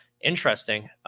Interesting